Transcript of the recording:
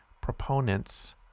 proponents